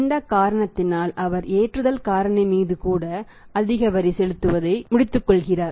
ஒரு முக்கியமான விஷயம் காரணமாக அந்த சிக்கல் மிகவும் மோசமாகிவிட்டது என்பதை இப்போது நீங்கள் காண்கிறீர்கள்